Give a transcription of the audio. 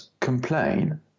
complain